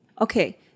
Okay